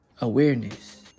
awareness